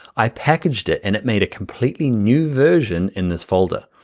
i packaged it and it made a completely new version in this folder.